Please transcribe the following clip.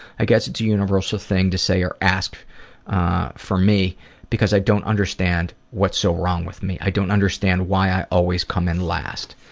i guess it's a universal thing to say or ask for me because i don't understand what's so wrong with me. i don't understand why i always come in last.